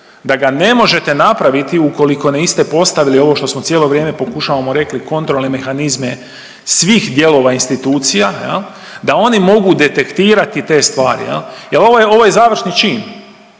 da ga ne možete napraviti ukoliko niste postavili ovo što smo cijelo vrijeme pokušavamo rekli kontrolne mehanizme svih dijelova institucija jel da oni mogu detektirati te stvari jel, jel ovo je, ovo je završni čin,